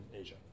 Asia